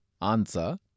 Answer